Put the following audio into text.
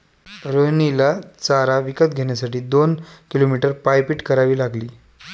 रोहिणीला चारा विकत घेण्यासाठी दोन किलोमीटर पायपीट करावी लागली